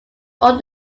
all